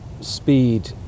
speed